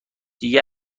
دیگه